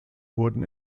wurden